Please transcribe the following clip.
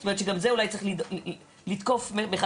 זאת אומרת שגם את זה אולי צריך לתקוף מחדש,